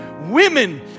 women